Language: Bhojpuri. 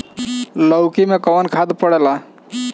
लौकी में कौन खाद पड़ेला?